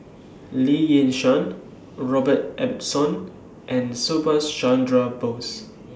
Lee Yi Shyan Robert Ibbetson and Subhas Chandra Bose